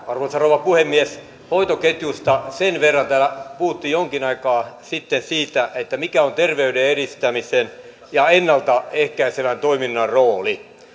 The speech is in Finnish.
arvoisa rouva puhemies hoitoketjusta sen verran että täällä puhuttiin jonkin aikaa sitten siitä mikä on terveyden edistämisen ja ennalta ehkäisevän toiminnan rooli